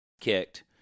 kicked